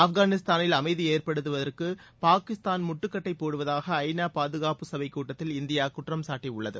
ஆப்கானிஸ்தானில் அமைதி ஏற்படுவதற்கு பாகிஸ்தான் முட்டுக்கட்டை போடுவதாக ஐ நா பாதுகாப்பு சபைக் கூட்டத்தில் இந்தியா குற்றம் சாட்டியுள்ளது